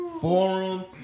forum